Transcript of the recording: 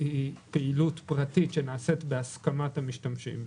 זה פעילות פרטית שנעשית בהסכמת המשתמשים.